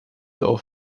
auch